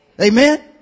Amen